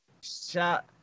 shot